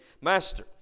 Master